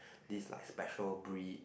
these like special breed